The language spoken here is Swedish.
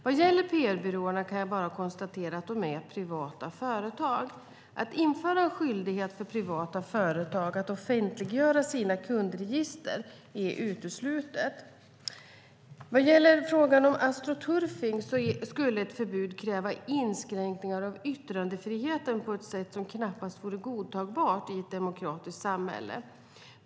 Vad gäller PR-byråerna kan jag bara konstatera att de är privata företag. Att införa en skyldighet för privata företag att offentliggöra sina kundregister är uteslutet. Ett förbud mot astroturfing skulle kräva inskränkningar av yttrandefriheten på ett sätt som knappast vore godtagbart i ett demokratiskt samhälle.